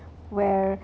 where